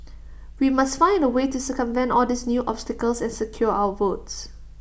we must find A way to circumvent all these new obstacles and secure our votes